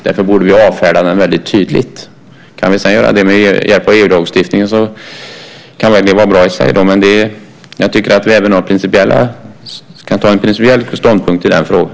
Därför borde vi avfärda den tanken väldigt tydligt. Kan vi sedan göra det med hjälp av EU-lagstiftningen kan det vara bra i sig. Jag tycker att vi kan ta en principiell ståndpunkt i den frågan.